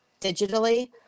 digitally